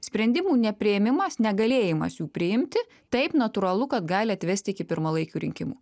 sprendimų nepriėmimas negalėjimas jų priimti taip natūralu kad gali atvesti iki pirmalaikių rinkimų